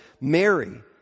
Mary